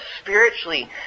spiritually